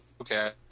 Okay